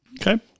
Okay